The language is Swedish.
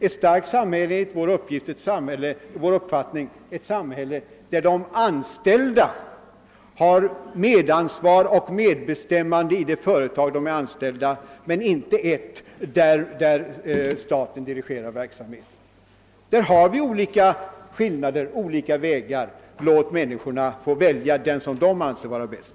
Ett starkt samhälle är enligt vår uppfattning ett samhälle där de anställda har medansvar och medbestämmanderätt i sina företag, men inte ett där staten dirigerar verksamheten. Här har vi alltså olika vägar. Låt människorna välja den som de anser vara bäst!